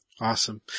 Awesome